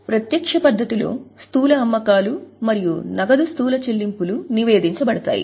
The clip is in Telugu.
ప్రత్యక్ష పద్ధతిలో స్థూల అమ్మకాలు మరియు నగదు స్థూల చెల్లింపులు నివేదించబడతాయి